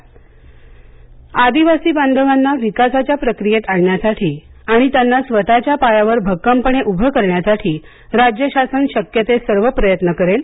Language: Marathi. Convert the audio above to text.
खावटी अनदान आदिवासी बांधवांना विकासाच्या प्रक्रियेत आणण्यासाठी आणि त्यांना स्वतःच्या पायावर भक्कमपणे उभं करण्यासाठी राज्य शासन शक्य ते सर्व प्रयत्न करेल